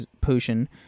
Potion